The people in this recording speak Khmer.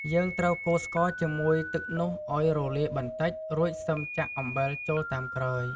យើងត្រូវកូរស្ករជាមួយទឹកនោះឱ្យរលាយបន្តិច រួចសិមចាក់អំបិលចូលតាមក្រោយ។